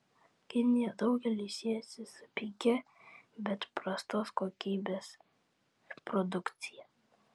kinija daugeliui siejasi su pigia bet prastos kokybės produkcija